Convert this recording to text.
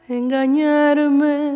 engañarme